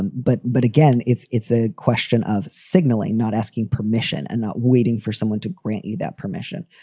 and but but again, it's it's a question of signaling, not asking permission and not waiting for someone to grant you that permission.